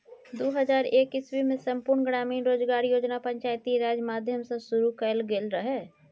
दु हजार एक इस्बीमे संपुर्ण ग्रामीण रोजगार योजना पंचायती राज माध्यमसँ शुरु कएल गेल रहय